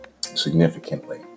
significantly